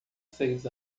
seis